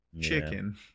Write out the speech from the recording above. chicken